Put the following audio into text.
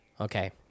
Okay